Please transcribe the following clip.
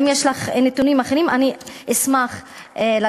אם יש לך נתונים אחרים אני אשמח לדעת,